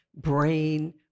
brain